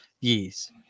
Yes